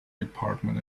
department